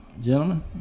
gentlemen